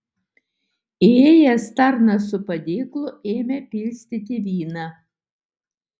įėjęs tarnas su padėklu ėmė pilstyti vyną